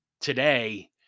today